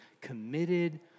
committed